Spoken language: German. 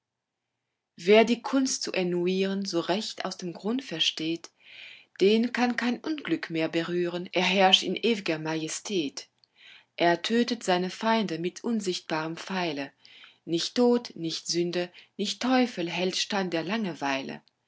wer die kunst zu ennuyieren so recht aus dem grund versteht den kann kein unglück mehr berühren er herrscht in ew'ger majestät er tötet seine feinde mit unsichtbarem pfeile nicht tod nicht sünde nicht teufel hält stand der langenweile